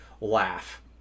laugh